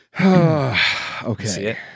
Okay